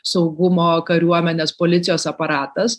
saugumo kariuomenės policijos aparatas